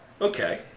Okay